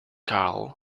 carl